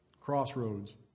crossroads